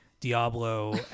Diablo